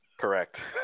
correct